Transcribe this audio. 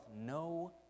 no